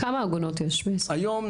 כמה עגונות יש בישראל?